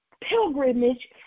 pilgrimage